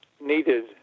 needed